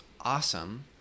awesome